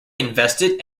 invested